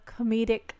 comedic